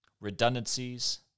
redundancies